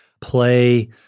play